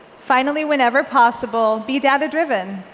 finally, whenever possible, be data-driven.